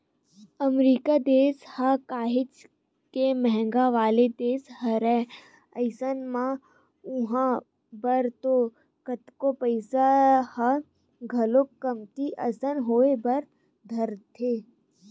अमरीका देस ह काहेच के महंगा वाला देस हरय अइसन म उहाँ बर तो कतको पइसा ह घलोक कमती असन होय बर धरथे